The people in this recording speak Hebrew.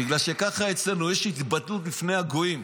בגלל שככה אצלנו יש התבטלות בפני הגויים.